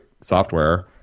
software